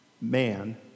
man